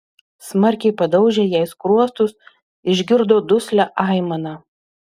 smarkiai padaužė jai skruostus išgirdo duslią aimaną